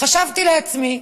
חשבתי לעצמי,